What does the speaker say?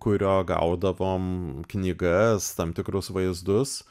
kurio gaudavom knygas tam tikrus vaizdus